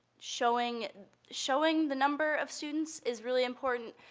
showing showing the number of students is really important.